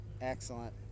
Excellent